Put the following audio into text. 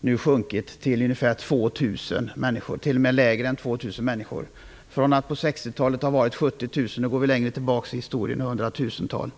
minskat i antal till färre än 2 000 människor från att på 1960-talet ha varit 70 000. Går vi längre tillbaka i historien var de ett 100 000 tal.